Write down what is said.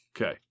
Okay